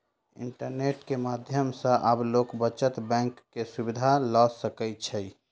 internet के माध्यम सॅ आब लोक बचत बैंक के सुविधा ल सकै छै